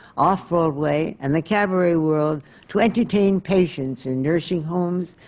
off-broadway, and the cabaret world to entertain patients in nursing homes,